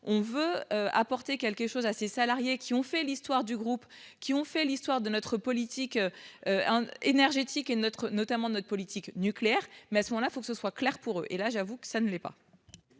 on veut apporter quelque chose à ses salariés qui ont fait l'histoire du groupe qui ont fait l'histoire de notre politique. Énergétique et notre notamment notre politique nucléaire mais à ce moment-là il faut que ce soit clair pour eux et là j'avoue que ça ne l'est pas.